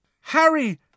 Harry